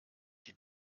die